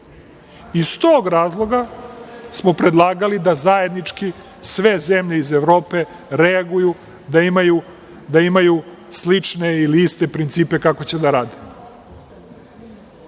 tog razloga smo predlagali da zajednički sve zemlje iz Evrope reaguju, da imaju slične ili iste principe kako će da rade.